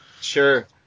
Sure